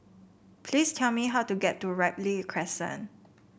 please tell me how to get to Ripley Crescent